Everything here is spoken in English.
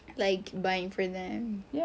like buying for them